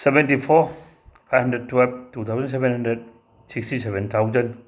seventy four eight hundred twelve two thousand seven hundred sixty seven thousand